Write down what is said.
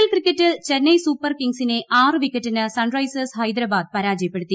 L ക്രിക്കറ്റിൽ Chennai super കിങ്സിനെ ആറുവിക്കറ്റിന് സൺറൈസേഴ്സ് ഹൈദരാബാദ് പരാജയപ്പെടുത്തി